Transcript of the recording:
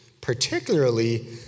particularly